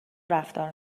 رفتار